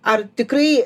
ar tikrai